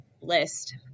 list